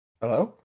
Hello